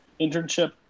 internship